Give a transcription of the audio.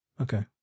Okay